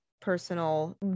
personal